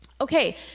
Okay